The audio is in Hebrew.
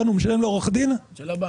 כאן הוא משלם לעורך הדין -- של הבנק.